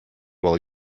while